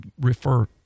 refer